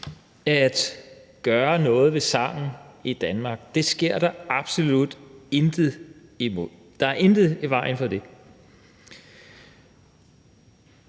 at gøre noget ved sangen i Danmark – det sker der absolut intet ved, der er intet i vejen for det.